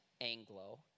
Anglo